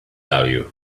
value